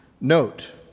note